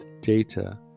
data